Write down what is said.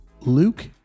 Luke